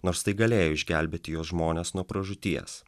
nors tai galėjo išgelbėti jo žmones nuo pražūties